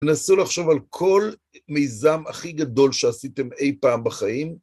ננסו לחשוב על כל מיזם הכי גדול שעשיתם אי פעם בחיים.